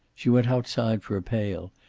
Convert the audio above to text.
she went outside for a pail,